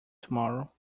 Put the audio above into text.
tomorrow